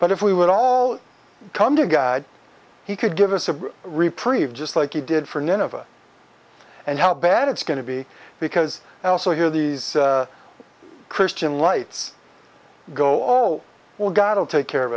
but if we would all come to god he could give us a reprieve just like he did for nineveh and how bad it's going to be because i also hear these christian lights go all well god will take care of